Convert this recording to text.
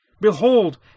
Behold